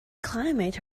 climate